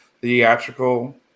theatrical